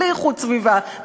בלי איכות סביבה,